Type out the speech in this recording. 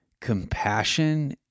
compassion